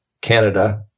Canada